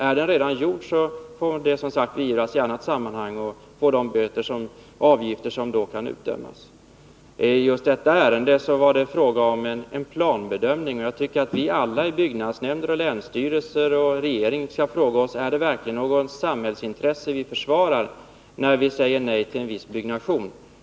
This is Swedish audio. Är den redan gjord, får det som sagt beivras i ett annat sammanhang, följt av de böter och avgifter som kan utdömas. I just detta ärende var det fråga om en planbedömning. Jag tycker att vi alla, i byggnadsnämnder, länsstyrelser och regering, skall fråga oss: Är det verkligen något samhällsintresse vi försvarar när vi säger nej till en viss byggnation?